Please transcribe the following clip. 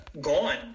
gone